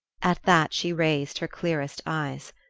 at that she raised her clearest eyes.